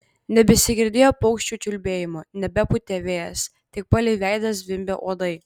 nebesigirdėjo paukščių čiulbėjimo nebepūtė vėjas tik palei veidą zvimbė uodai